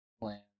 plan